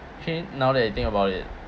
okay now that I think about it